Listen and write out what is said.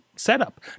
setup